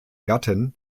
gattin